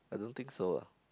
I don't think so ah